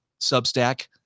substack